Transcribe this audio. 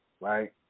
right